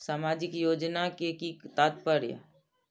सामाजिक योजना के कि तात्पर्य?